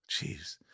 Jeez